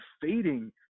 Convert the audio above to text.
fading